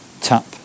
tap